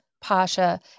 Pasha